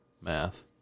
Math